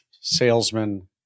salesman